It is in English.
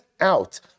out